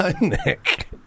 Nick